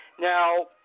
Now